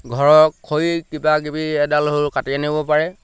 ঘৰৰ খৰি কিবাকিবি এডাল হ'লেও কাটি আনিব পাৰে